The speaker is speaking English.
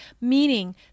meaning